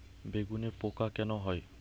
বেগুনে পোকা কেন হয়?